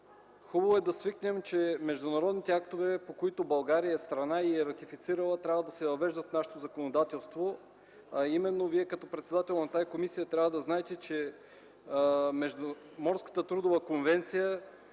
хубаво е да свикнем, че международните актове, по които България е страна и е ратифицирала, трябва да се въвеждат в нашето законодателство. Вие като председател на тази комисия трябва да знаете, че Морската трудова конвенция